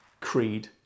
creed